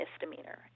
misdemeanor